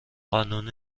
قانون